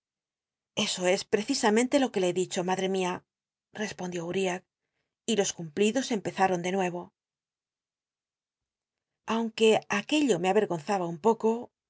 eso es precisamente lo que le he dicho ma he mia respondió uriah y los cumplidos empezaron de nuevo aunque aquello me avergonzaba un poco debo